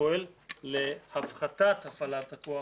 פועל להפחתת הפעלת הכוח